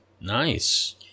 Nice